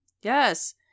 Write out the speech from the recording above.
Yes